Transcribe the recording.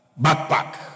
Backpack